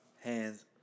Hands